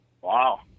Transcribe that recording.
Wow